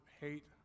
hate